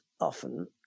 often